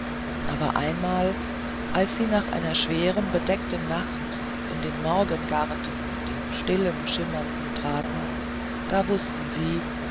aber einmal als sie nach einer schweren bedeckten nacht in den morgengarten den stillen schimmernden traten da wußten sie